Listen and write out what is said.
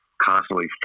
constantly